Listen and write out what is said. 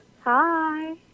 hi